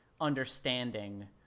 understanding